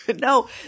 No